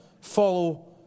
Follow